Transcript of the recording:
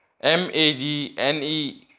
M-A-G-N-E-